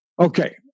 Okay